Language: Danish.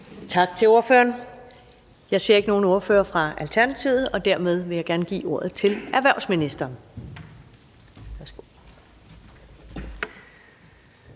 Tak til ordføreren. Jeg ser ikke nogen ordfører fra Alternativet, og dermed vil jeg gerne give ordet til erhvervsministeren.